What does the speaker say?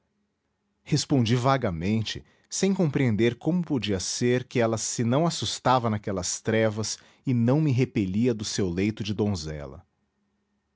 respondi vagamente sem compreender como podia ser que ela se não assustava naquelas trevas e não me repelia do seu leito